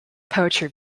poetry